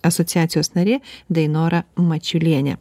asociacijos narė dainora mačiulienė